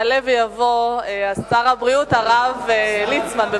ויעלה ויבוא שר הבריאות הרב ליצמן.